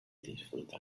disfruta